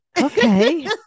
Okay